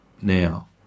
now